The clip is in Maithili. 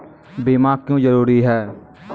बीमा क्यों जरूरी हैं?